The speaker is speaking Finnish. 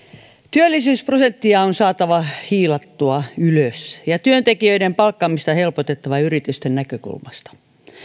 työllisyysprosenttia on saatava hilattua ylös ja työntekijöiden palkkaamista on helpotettava yritysten näkökulmasta